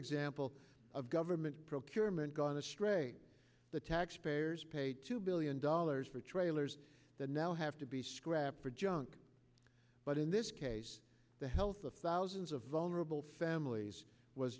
example of government procurement gone astray the taxpayers paid two billion dollars for trailers that now have to be scrapped for junk but in this case the health of thousands of vulnerable families was